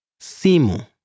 Simu